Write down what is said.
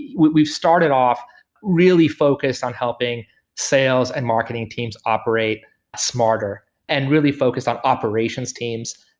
we've started off really focused on helping sales and marketing teams operate smarter and really focus on operations teams.